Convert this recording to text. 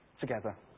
together